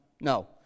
no